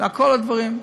לכל הדברים.